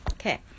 Okay